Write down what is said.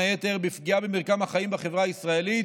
היתר בפגיעה במרקם החיים בחברה הישראלית,